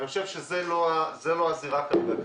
אני חושב שזאת לא הזירה כרגע.